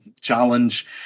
challenge